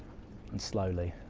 and slowly.